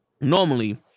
normally